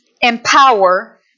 empower